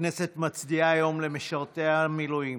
הכנסת מצדיעה היום למשרתי המילואים.